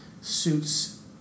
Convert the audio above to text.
suits